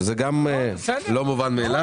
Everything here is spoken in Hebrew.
שזה גם לא מובן מאילו.